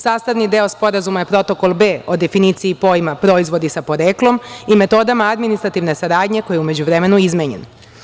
Sastavni deo Sporazuma je Protokol B o definiciji pojma "proizvodi sa poreklom" i metodama administrativne saradnje, koji je u međuvremenu izmenjen.